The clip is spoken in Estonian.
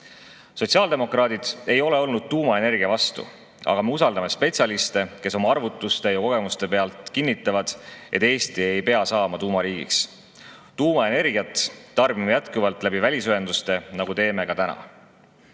Sotsiaaldemokraadid ei ole olnud tuumaenergia vastu, aga me usaldame spetsialiste, kes oma arvutuste ja kogemuste pealt kinnitavad, et Eesti ei pea saama tuumariigiks. Tuumaenergiat tarbime jätkuvalt välisühenduste kaudu, nagu teeme täna.